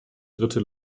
dritte